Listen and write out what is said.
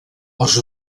els